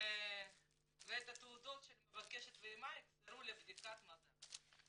ואת התעודות של המבקשת ואמה יוחזרו לבדיקת מז"פ".